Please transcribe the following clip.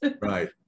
Right